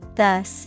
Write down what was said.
thus